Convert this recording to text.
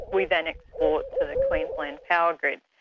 we then export to the queensland power grid.